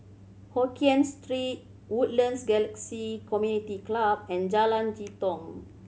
Hokien Street Woodlands Galaxy Community Club and Jalan Jitong